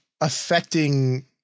affecting